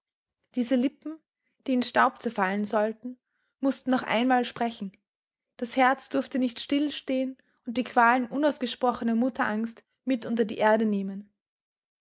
diese lippen die in staub zerfallen sollten mußten noch einmal sprechen das herz durfte nicht stillstehen und die qualen unausgesprochener mutterangst mit unter die erde nehmen